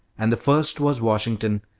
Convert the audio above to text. and the first was washington,